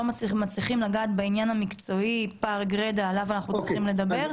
מצליחים לגעת בעניין המקצועי עליו אנחנו צריכים לדבר.